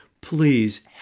please